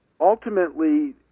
ultimately